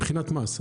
מבחינת מס.